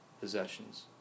possessions